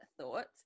thoughts